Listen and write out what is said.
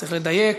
צריך לדייק,